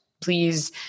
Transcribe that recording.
Please